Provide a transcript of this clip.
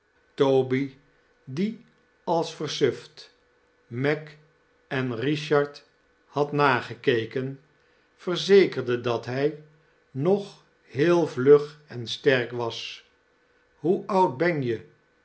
toby die als versuft meg en richard had nagekeken verzekerde dat hij nog heel vlug en sterk was hoe oud ben je